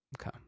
Okay